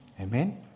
Amen